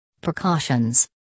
Precautions